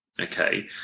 Okay